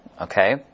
Okay